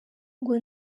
ngo